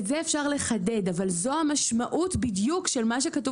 את זה אפשר לחדד אבל זו המשמעות בדיוק של מה שכתוב